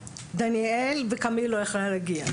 דניאל וקמיל לא יכלה היה להגיע,